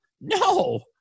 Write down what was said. No